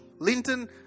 Linton